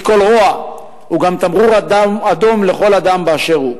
זהו גם תמרור אדום לכל אדם באשר הוא.